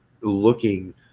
looking